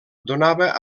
donava